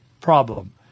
problem